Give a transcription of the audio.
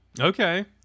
Okay